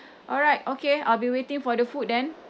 alright okay I'll be waiting for the food then